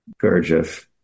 Gurdjieff